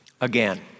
again